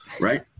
Right